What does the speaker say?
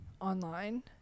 online